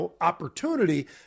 opportunity